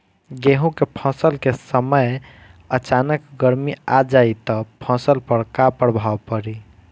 गेहुँ के फसल के समय अचानक गर्मी आ जाई त फसल पर का प्रभाव पड़ी?